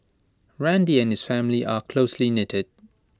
randy and his family are closely knitted